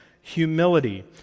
humility